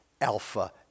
Alpha